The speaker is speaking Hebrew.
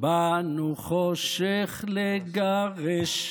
"באנו חושך לגרש,